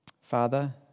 Father